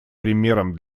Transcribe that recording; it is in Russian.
примером